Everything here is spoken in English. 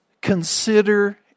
consider